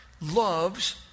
loves